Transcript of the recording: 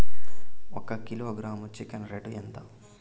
ఒక కిలోగ్రాము chicken rate ఎంత?